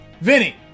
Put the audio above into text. Vinny